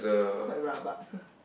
quite rabak